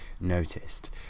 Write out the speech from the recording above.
noticed